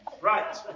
Right